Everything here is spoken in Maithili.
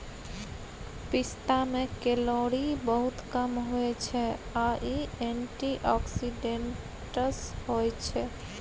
पिस्ता मे केलौरी बहुत कम होइ छै आ इ एंटीआक्सीडेंट्स होइ छै